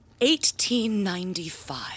1895